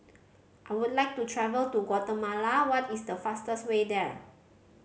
I would like to travel to Guatemala what is the fastest way there